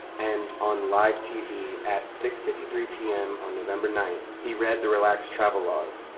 and on live tv at six fifty three pm on november ninth, he read the relaxed travel laws,